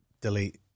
delete